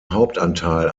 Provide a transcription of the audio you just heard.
hauptanteil